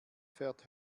fährt